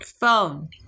phone